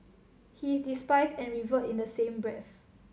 he is despised and revered in the same breath